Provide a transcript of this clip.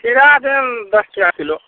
खीरा देब दश टका किलो